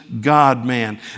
God-man